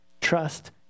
trust